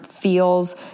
feels